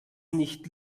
nicht